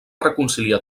reconciliar